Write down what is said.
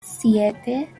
siete